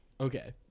Okay